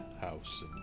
house